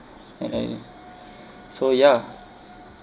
and then so ya